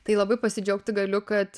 tai labai pasidžiaugti galiu kad